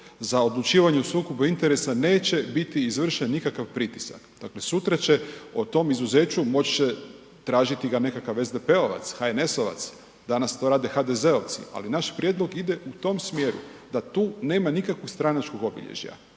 za odlučivanje o sukobu interesa neće biti izvršen nikakav pritisak. Dakle, sutra će o tom izuzeću moći će tražiti ga nekakav SDP-ovac, HNS-ovac, danas to rade HDZ-ovci, ali naš prijedlog ide u tom smjeru da tu nema nikakvog stranačkog obilježja.